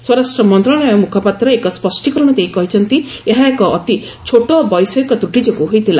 ସ୍ୱରାଷ୍ଟ୍ର ମନ୍ତ୍ରଣାଳୟ ମୁଖପାତ୍ର ଏକ ସ୍ୱଷ୍ଟୀକରଣ ଦେଇ କହିଛନ୍ତି ଏହା ଏକ ଅତି ଛୋଟ ବୈଷୟିକ ତ୍ରଟି ଯୋଗୁଁ ହୋଇଥିଲା